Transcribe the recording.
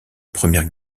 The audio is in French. première